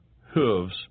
hooves